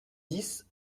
dix